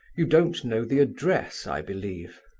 you don't know the address, i believe?